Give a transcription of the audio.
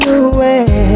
away